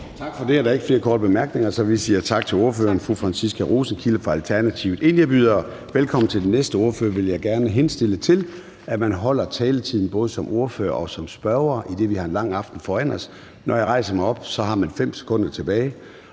Tak for det. Der er ikke flere korte bemærkninger, så vi siger tak til ordføreren, fru Franciska Rosenkilde fra Alternativet. Inden jeg byder velkommen til den næste ordfører, vil jeg gerne henstille til, at man overholder taletiden, både som ordfører og som spørger, idet vi har en lang aften foran os. Når jeg rejser mig op, har man 5 sekunder tilbage,